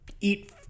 eat